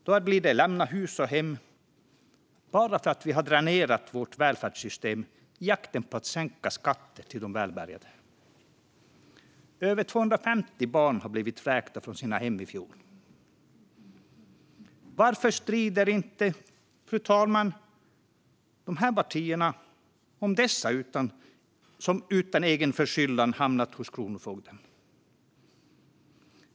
Då blir det till att lämna hus och hem för dem, bara för att vi har dränerat vårt välfärdssystem i jakten på att sänka skatter till de välbärgade. Över 250 barn blev vräkta från sina hem i fjol. Varför, fru talman, strider inte de här partierna för dessa människor, som utan egen förskyllan har hamnat hos kronofogden?